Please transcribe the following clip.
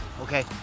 okay